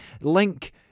Link